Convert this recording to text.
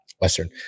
Western